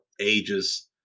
ages